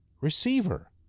receiver